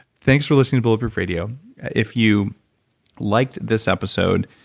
thanks for listening to bulletproof radio if you liked this episode,